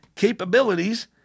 Capabilities